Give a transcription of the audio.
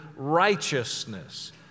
righteousness